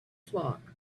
flock